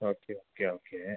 okay okay okay